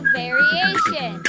variation